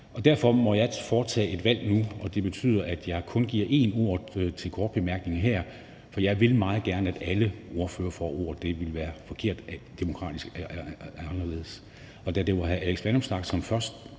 derfor må jeg foretage et valg nu, og det betyder, at jeg kun giver én ordet til kort bemærkning her, for jeg vil meget gerne, at alle ordførere får ordet – andet ville være demokratisk forkert. Og da det var hr. Alex Vanopslagh, som først